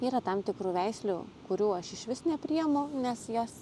yra tam tikrų veislių kurių aš išvis nepriimu nes jas